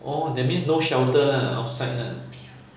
oh that means no shelter outside lah